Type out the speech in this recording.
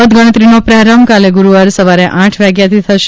મતગણતરીનો પ્રારંભ કાલે ગુડુવાર સવારે આઠ વાગ્યથી થશે